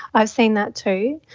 i've seen that too.